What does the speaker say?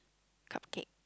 cupcake